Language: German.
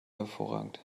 hervorragend